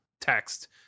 text